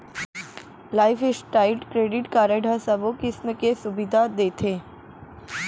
life style credit card ह सबो किसम के सुबिधा देथे